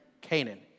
Canaan